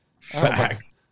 Facts